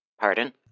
Pardon